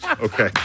Okay